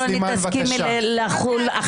ההסתייגות נפלה.